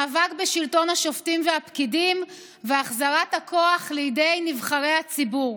מאבק בשלטון השופטים והפקידים והחזרת הכוח לידי נבחרי הציבור,